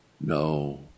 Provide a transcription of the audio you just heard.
No